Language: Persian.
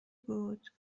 بود